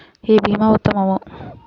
ఏ భీమా ఉత్తమము?